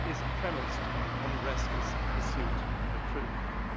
is premised on the restless pursuit of truth.